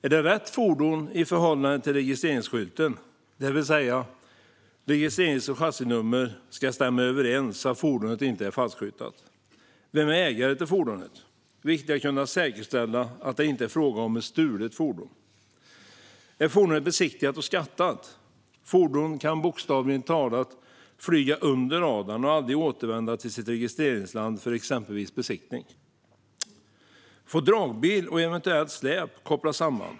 Är det rätt fordon i förhållande till registreringsskylten? Registrerings och chassinummer ska stämma överens så att fordonet inte är falskskyltat. Vem är ägare till fordonet? Det är viktigt att kunna säkerställa att det inte är fråga om ett stulet fordon. Är fordonet besiktigat och skattat? Fordon kan bokstavligt talat flyga under radarn och aldrig återvända till sitt registreringsland för exempelvis besiktning. Får dragbil och eventuellt släp kopplas samman?